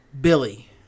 Billy